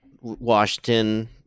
Washington